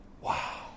wow